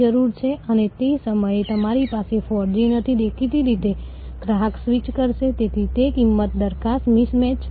movie થિયેટરમાં પણ સામાન્ય રીતે તમે જાણો છો કે લોકો ત્યાં જઈને ટિકિટ ખરીદે છે અને મૂવી જુએ છે